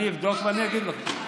אני אבדוק ואני אגיד לך.